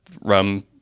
rum